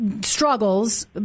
struggles